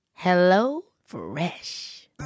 HelloFresh